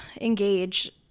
engage